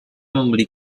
membeli